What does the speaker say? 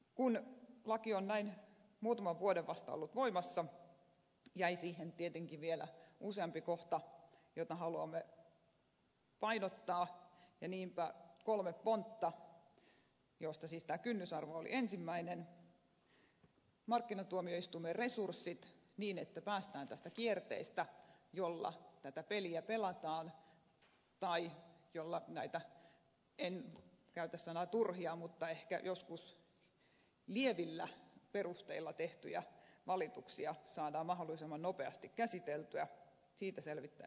kun laki on näin muutaman vuoden vasta ollut voimassa niin jäi siihen tietenkin vielä usea kohta joita haluamme painottaa ja niinpä on kolme pontta joista siis tämä kynnysarvo oli ensimmäinen ja toinen markkinatuomioistuimen resursointi niin että päästään tästä kierteestä jolla tätä peliä pelataan tai näitä en käytä sanaa turhia mutta ehkä joskus lievillä perusteilla tehtyjä valituksia saadaan mahdollisimman nopeasti käsiteltyä siitä selvittäisiin pois